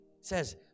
says